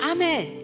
Amen